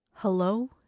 Hello